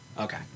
Okay